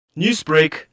Newsbreak